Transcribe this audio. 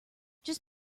just